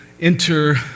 enter